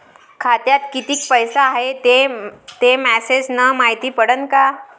खात्यात किती पैसा हाय ते मेसेज न मायती पडन का?